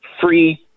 free